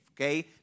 okay